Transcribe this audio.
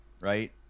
right